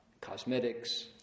cosmetics